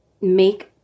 make